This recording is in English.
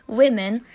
women